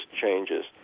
changes